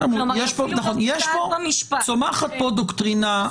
כלומר --- צומחת פה דוקטרינה,